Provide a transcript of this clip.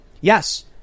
yes